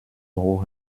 haut